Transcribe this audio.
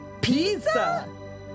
Pizza